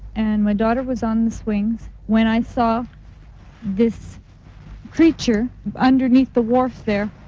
and my daughter was on the swings when i saw this creature underneath the wharf there.